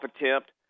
attempt